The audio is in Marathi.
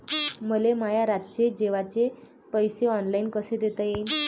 मले माया रातचे जेवाचे पैसे ऑनलाईन कसे देता येईन?